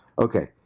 Okay